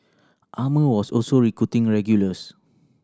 Armour was also recruiting regulars